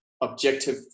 objective